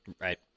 Right